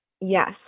Yes